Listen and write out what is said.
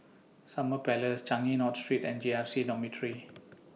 Summer Palace Changi North Street and J R C Dormitory